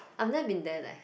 I've never been there leh